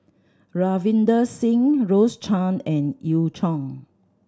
Ravinder Singh Rose Chan and Eu